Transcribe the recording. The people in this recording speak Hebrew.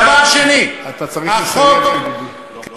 דבר שני, החוק, אתה צריך לסיים, ידידי.